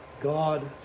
God